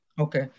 okay